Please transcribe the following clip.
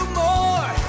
more